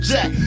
Jack